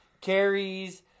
carries